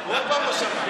הוא עוד פעם לא שמע.